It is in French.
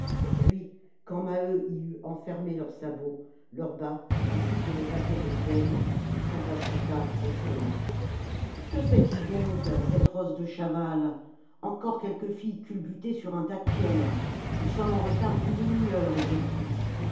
puis quand maheu y eut enfermé leurs sabots leurs bas ainsi que le paquet d'étienne il s'impatienta brusquement que fait-il donc cette rosse de chaval encore quelque fille culbutée sur un tas de pierres nous sommes en retard d'une demi-heure aujourd'hui